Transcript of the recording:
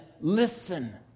listen